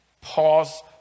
Pause